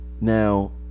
Now